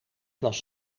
was